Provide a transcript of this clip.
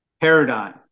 paradigm